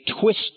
twist